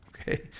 okay